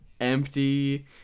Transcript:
empty